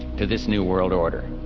to this new world order.